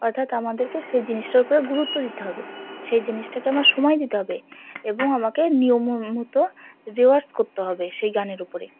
অর্থাৎ আমাদেরকে সেই জিনিসটার উপরে গুরুত্ব দিতে হবে সেই জিনিসটাকে আমার সময় দিতে হবে এবং আমাকে নিয়ম মতো রেওয়াজ করতে হবে সেই গানের উপরে